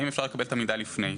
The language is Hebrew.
האם אפשר לקבל את המידע לפני כן.